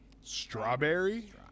Strawberry